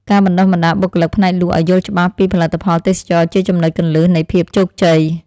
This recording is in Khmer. ការបណ្តុះបណ្តាលបុគ្គលិកផ្នែកលក់ឱ្យយល់ច្បាស់ពីផលិតផលទេសចរណ៍ជាចំណុចគន្លឹះនៃភាពជោគជ័យ។